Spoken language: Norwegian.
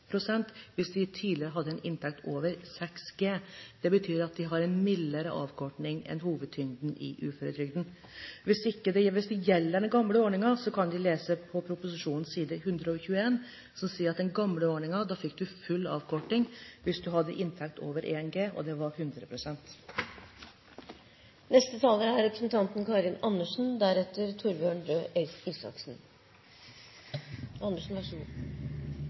hvis man tidligere hadde en inntekt over 6 G. Det betyr at de har en mildere avkorting enn hovedtyngden i uføretrygden. Hvis det gjelder den gamle ordningen, kan man lese proposisjonens side 121. Der kan man se at med den gamle ordningen fikk man full avkorting hvis man hadde en inntekt over 1 G og uføregraden var 100 pst. Først til representanten Sylvi Graham, som igjen gjentar at det har blitt så